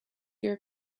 your